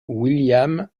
william